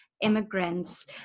immigrants